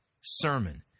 sermon